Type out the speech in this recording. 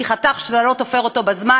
כי חתך שאתה לא תופר בזמן,